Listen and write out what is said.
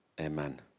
Amen